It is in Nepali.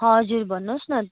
हजुर भन्नुहोस् न